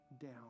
down